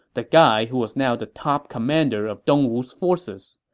the guy who was now the top commander of dongwu's forces.